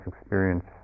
experience